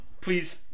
Please